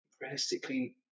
Realistically